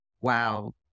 wow